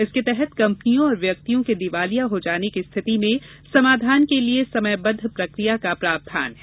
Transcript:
इसके तहत कंपनियों और व्यक्तियों के दिवालिया हो जाने की स्थिति के समाधान के लिए समयबद्ध प्रक्रिया का प्रावधान है